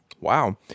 Wow